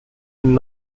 and